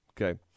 Okay